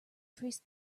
trace